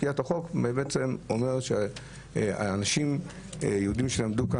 פקיעת החוק אומרת שאנשים שלמדו כאן